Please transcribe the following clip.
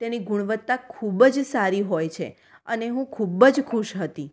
તેની ગુણવત્તા ખૂબ જ સારી હોય છે અને હું ખૂબ જ ખુશ હતી